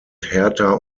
härter